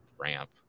ramp